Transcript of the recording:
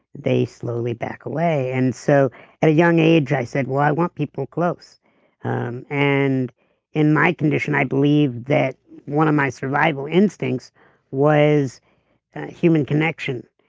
they slowly back away. and so at a young age i said well, i want people close um and in my condition i believe that one of my survival instincts was human connection.